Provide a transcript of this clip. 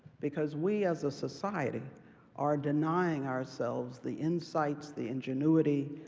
because we as a society are denying ourselves the insights, the ingenuity,